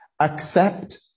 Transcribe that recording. accept